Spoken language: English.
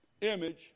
image